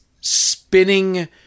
spinning